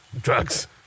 drugs